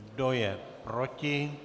Kdo je proti?